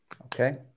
okay